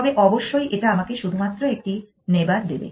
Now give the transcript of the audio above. তবে অবশ্যই এটা আমাকে শুধুমাত্র একটি নেইবার দেবে